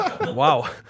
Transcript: Wow